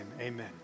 Amen